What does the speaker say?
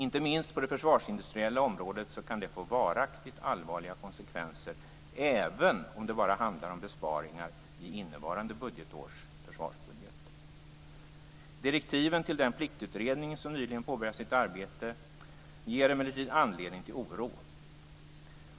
Inte minst på det försvarsindustriella området kan det få varaktigt allvarliga konsekvenser även om det bara handlar om besparingar i innevarande års försvarsbudget. Direktiven till den pliktutredning som nyligen påbörjat sitt arbete ger emellertid anledning till oro.